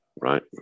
right